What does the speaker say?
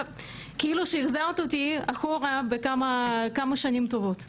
כאילו החזרת אותי כמה שנים טובות אחורה.